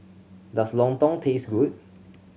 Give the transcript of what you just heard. does lontong taste good